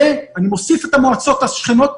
אני מוסיף את המועצות השכנות,